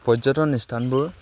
পৰ্যটন স্থানবোৰ